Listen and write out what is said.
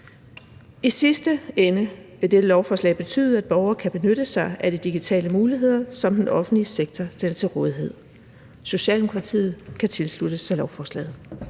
I sidste ende vil dette lovforslag betyde, at borgerne kan benytte sig af de digitale muligheder, som den offentlige sektor stiller til rådighed. Socialdemokratiet kan tilslutte sig lovforslaget.